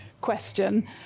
question